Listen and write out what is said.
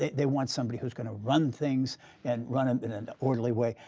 they want somebody who's going to run things and run them in an orderly way.